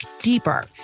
deeper